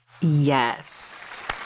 Yes